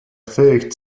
weg